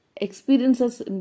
experiences